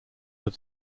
had